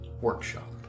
workshop